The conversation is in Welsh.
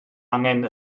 angen